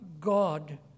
God